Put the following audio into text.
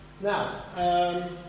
Now